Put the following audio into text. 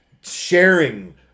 sharing